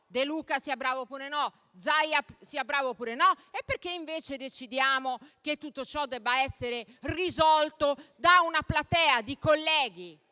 De Luca sia bravo oppure no, Zaia sia bravo oppure no? Perché invece decidiamo che tutto ciò debba essere risolto da una platea di colleghi